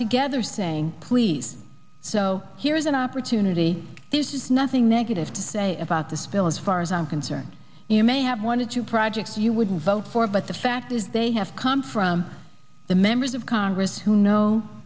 together saying please so here is an opportunity this is nothing negative to say about this bill as far as i'm concerned you may have wanted two projects you wouldn't vote for but the fact is they have come from the members of congress who know